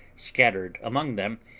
scattered among them,